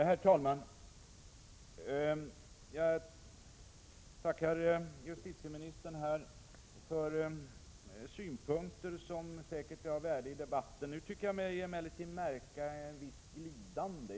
Herr talman! Jag tackar justitieministern för synpunkter som säkert är av värde i debatten. Nu tycker jag mig emellertid märka ett visst glidande.